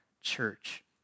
church